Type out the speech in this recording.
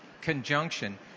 conjunction